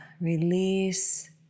release